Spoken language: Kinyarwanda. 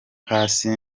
hasi